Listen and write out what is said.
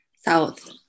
South